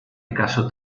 escaso